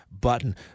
button